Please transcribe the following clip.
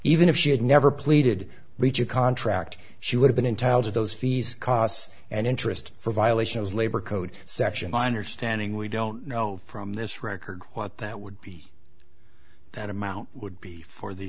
even if she had never pleaded leach a contract she would've been in tiles of those fees costs and interest for violations labor code section understanding we don't know from this record what that would be that amount would be for the